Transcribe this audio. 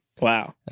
Wow